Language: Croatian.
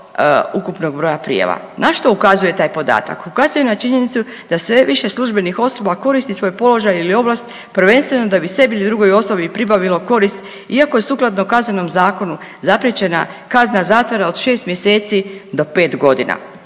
ukupnog broja prijava. Na što ukazuje taj podatak? Ukazuje na činjenicu da sve više službenih osoba koristi svoj položaj ili ovlast prvenstveno da bi sebi ili drugoj osobi pribavilo korist iako je sukladno Kaznenom zakonu zapriječena kazna zatvora od 6 mjeseci do 5.g..